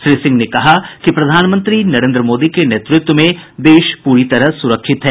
श्री सिंह ने कहा कि प्रधानमंत्री नरेन्द्र मोदी के नेतृत्व में देश प्ररी तरह सुरक्षित है